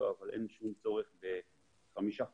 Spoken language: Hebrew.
אבל אין שום צורך בחמישה חודשים.